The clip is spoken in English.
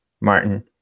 Martin